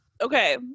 okay